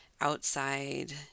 outside